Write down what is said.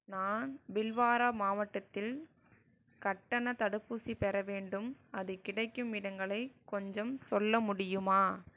நான் பில்வாரா மாவட்டத்தில் கட்டணத் தடுப்பூசி பெற வேண்டும் அது கிடைக்கும் இடங்களை கொஞ்சம் சொல்ல முடியுமா